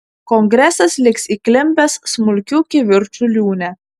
kongresas liks įklimpęs smulkių kivirčų liūne